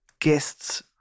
guests